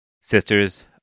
sisters